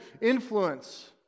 influence